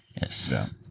Yes